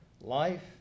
life